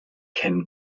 kennen